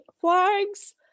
flags